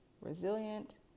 resilient